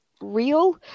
real